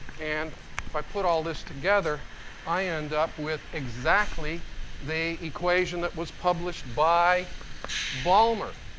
and if i put all this together i end up with exactly they equation that was published by balmer.